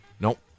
Nope